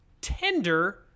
tender